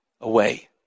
away